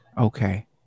Okay